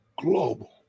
global